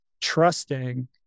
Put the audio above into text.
trusting